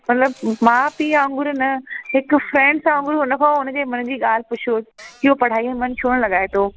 मतिलबु माउ पीउ वांगुर न हिक फ्रैंड्स वांगुर हुनखों हुनजे मन जी ॻाल्हि पुछो की उहो पढ़ाई में मन छो न लॻाए थो